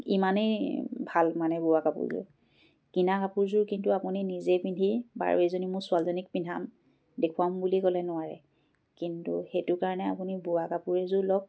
ইমানেই ভাল মানে বোৱা কাপোৰযোৰ কিনা কাপোৰযোৰ কিন্তু আপুনি নিজেই পিন্ধি বাৰু এজনী মোৰ ছোৱালীজনীক পিন্ধাম দেখুৱাম বুলি ক'লে নোৱাৰে কিন্তু সেইটো কাৰণে আপুনি বোৱা কাপোৰ এযোৰ লওক